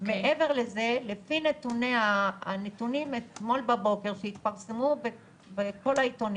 מעבר לזה לפי הנתונים מאתמול בבוקר שהתפרסמו בכל העיתונות